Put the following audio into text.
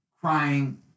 crying